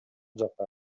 жакка